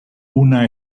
una